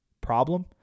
problem